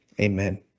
amen